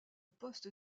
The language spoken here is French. poste